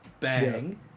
bang